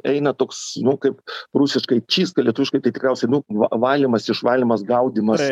eina toks nu kaip rusiškai čystka lietuviškai tai tikriausiai nu valymas išvalymas gaudymas